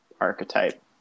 archetype